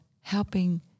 helping